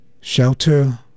shelter